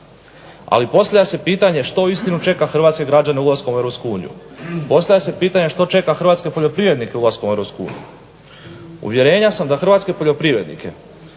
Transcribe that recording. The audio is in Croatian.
Ali postavlja se pitanje što uistinu čeka Hrvatske građane u Europsku uniju, postavlja se pitanje što čeka Hrvatske poljoprivrednike ulaskom u Europsku uniju. Uvjerenja sam da hrvatski poljoprivrednike